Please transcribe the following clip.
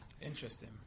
Interesting